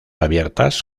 abiertas